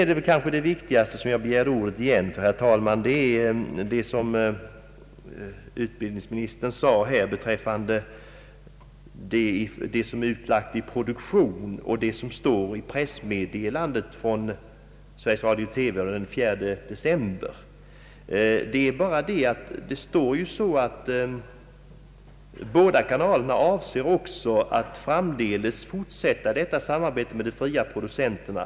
Det viktigaste som jag begärde ordet för, herr talman, var vad utbildningsministern sade beträffande det som är utlagt i produktion och det som står i pressmeddelandet från Sveriges Radio TV den 4 december. Där anges att båda kanalerna avser att framdeles fortsätta samarbetet med de fria producenterna.